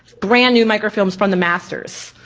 brand new microfilms from the masters.